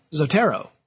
Zotero